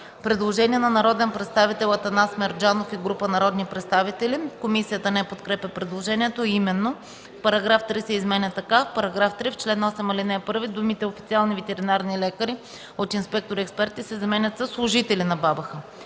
Предложение на народния представител Атанас Мерджанов и група народни представители. Комисията не подкрепя предложението, а именно: Параграф 3 се изменя така: „§ 3. В чл. 8, ал. 1 думите „официални ветеринарни лекари, от инспектори и експерти” се заменят със „служители на БАБХ”.”